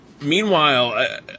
meanwhile